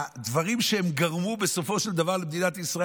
הדברים שהם גרמו בסופו של דבר למדינת ישראל